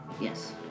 Yes